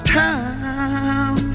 time